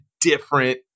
different